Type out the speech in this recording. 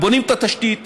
אנחנו בונים את התשתית.